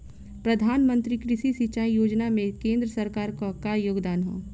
प्रधानमंत्री कृषि सिंचाई योजना में केंद्र सरकार क का योगदान ह?